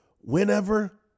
Whenever